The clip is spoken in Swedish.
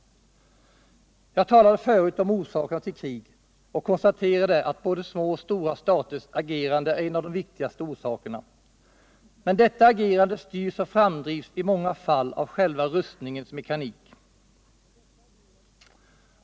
Jag talade förut om orsakerna till krig och konstaterade att både små och stora staters agerande är en av de viktigaste orsakerna. Men detta agerande styrs och framdrivs i många fall av själva rustningens mekanik.